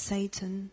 Satan